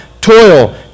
toil